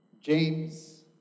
James